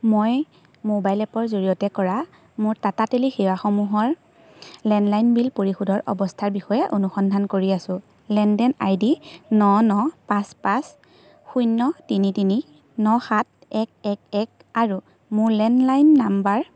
মই মোবাইল এপৰ জৰিয়তে কৰা মোৰ টাটা টেলি সেৱাসমূহৰ লেণ্ডলাইন বিল পৰিশোধৰ অৱস্থাৰ বিষয়ে অনুসন্ধান কৰি আছো লেনদেন আই ডি ন ন পাঁচ পাঁচ শূন্য তিনি তিনি ন সাত এক এক এক আৰু মোৰ লেণ্ডলাইন নাম্বাৰ